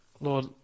Lord